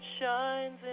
shines